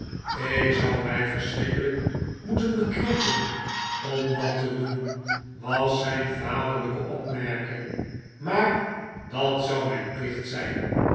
ik zou mij verschrikkelijk moeten bekrimpen om dat te doen was zijn vaderlijke opmerking maar dat zou mijn plicht zijn